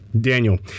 Daniel